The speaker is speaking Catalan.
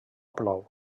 plou